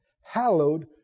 hallowed